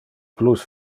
plus